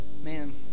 man